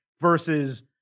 versus